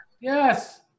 Yes